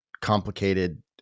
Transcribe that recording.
complicated